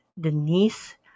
denise